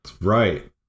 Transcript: Right